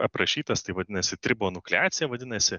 aprašytas tai vadinasi tribonukleacija vadinasi